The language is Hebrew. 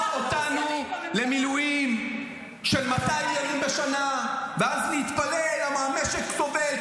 אותנו למילואים של 200 ימים בשנה ואז להתפלא למה המשק סובל,